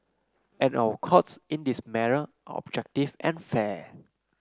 and our Courts in this matter are objective and fair